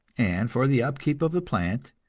and for the upkeep of the plant,